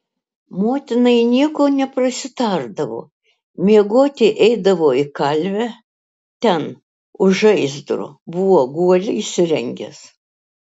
motinai nieko neprasitardavo miegoti eidavo į kalvę ten už žaizdro buvo guolį įsirengęs